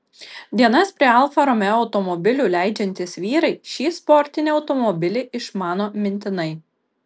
dienas prie alfa romeo automobilių leidžiantys vyrai šį sportinį automobilį išmano mintinai